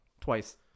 twice